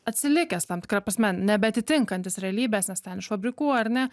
atsilikęs tam tikra prasme nebeatitinkantis realybės nes ten iš fabrikų ar ne